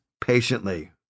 patiently